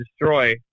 destroy